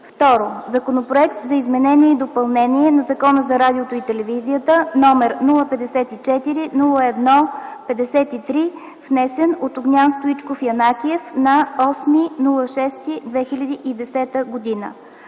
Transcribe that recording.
г., и Законопроект за изменение и допълнение на Закона за радиото и телевизията № 054-01-53, внесен от Огнян Стоичков Янакиев на 08 юни 2010 г.